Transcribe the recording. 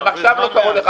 גם עכשיו לא קראו לך